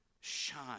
shine